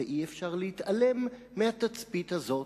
ואי-אפשר להתעלם מהתצפית הזאת,